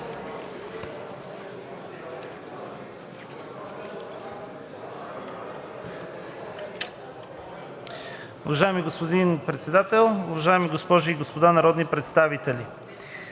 Уважаеми господин Председател, уважаеми госпожи и господа народни представители!